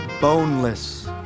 boneless